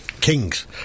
Kings